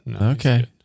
Okay